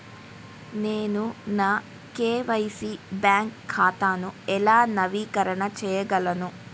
నేను నా KYC bank ఖాతాను ఎలా నవీకరణ చేయగలను?